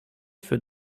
für